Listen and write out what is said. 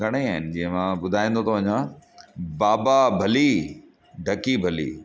घणेई आहिनि जीअं मां बुधाईंदो थो वञा बाबा भली ढकी भली